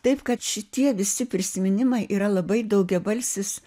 taip kad šitie visi prisiminimai yra labai daugiabalsis